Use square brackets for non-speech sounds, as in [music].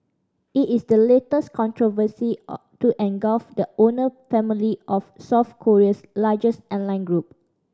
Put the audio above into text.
it is the latest controversy [hesitation] to engulf the owner family of South Korea's largest airline group